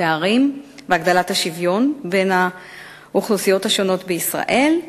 הפערים ולהגדלת השוויון בין האוכלוסיות השונות בישראל.